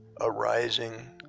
arising